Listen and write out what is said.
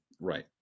Right